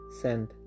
Send